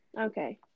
Okay